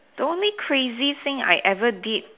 the only crazy thing I ever did